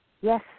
Yes